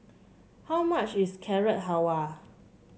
how much is Carrot Halwa